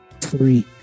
Three